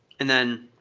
and then,